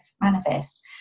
manifest